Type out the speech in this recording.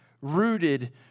rooted